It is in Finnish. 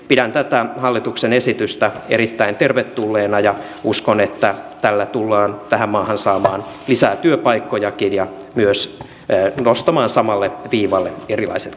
pidän tätä hallituksen esitystä erittäin tervetulleena ja uskon että tällä tullaan tähän maahan saamaan lisää työpaikkojakin ja myös nostamaan samalle viivalle erilaiset kauppaliikkeet